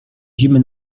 zimy